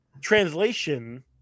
translation